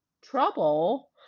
trouble